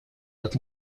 как